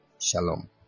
Shalom